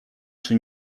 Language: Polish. czy